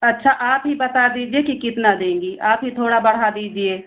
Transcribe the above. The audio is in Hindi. अच्छा आप ही बता दीजिए कि कितना देंगी आप ही थोड़ा बढ़ा दीजिए